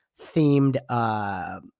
themed